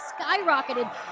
skyrocketed